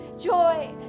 joy